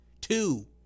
Two